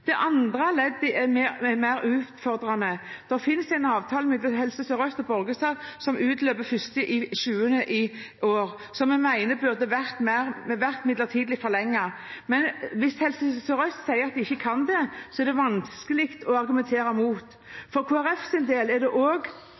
andre delen er mer utfordrende og finnes i en avtale mellom Helse Sør-Øst og Borgestad som utløper den 1. juli i år, som jeg mener burde vært midlertidig forlenget. Men hvis Helse Sør-Øst sier de ikke kan det, er det vanskelig å argumentere imot. For Kristelig Folkepartis del er det